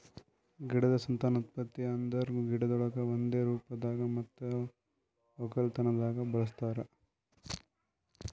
ಗಿಡದ್ ಸಂತಾನೋತ್ಪತ್ತಿ ಅಂದುರ್ ಗಿಡಗೊಳಿಗ್ ಒಂದೆ ರೂಪದಾಗ್ ಮತ್ತ ಒಕ್ಕಲತನದಾಗ್ ಬಳಸ್ತಾರ್